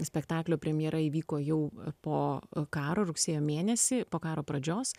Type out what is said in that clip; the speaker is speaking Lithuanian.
spektaklio premjera įvyko jau po karo rugsėjo mėnesį po karo pradžios